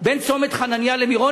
בין צומת-חנניה למירון,